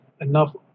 enough